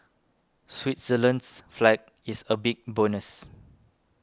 Switzerland's flag is a big plus